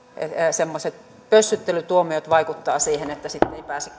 semmoiset pössyttelytuomiot vaikuttavat siihen että sitten ei ei pääse